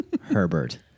Herbert